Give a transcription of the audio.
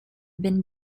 been